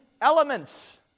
elements